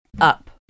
up